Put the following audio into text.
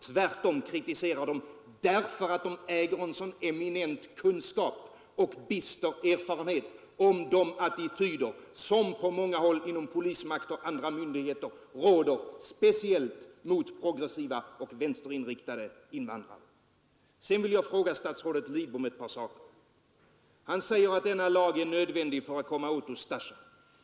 Tvärtom, de kritiserar därför att de äger en eminent kunskap och bister erfarenhet av de attityder som råder på många håll, inom polismakt och andra myndigheter, speciellt mot progressiva och vänsterinriktade invandrare. Jag vill sedan fråga statsrådet Lidbom ett par saker. Han säger att denna lag är nödvändig för att komma åt Ustasja.